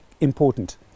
important